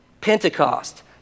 Pentecost